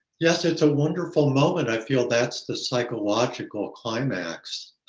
yes, it's a wonderful moment. i feel that's the psychological climax.